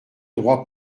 droit